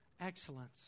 Excellence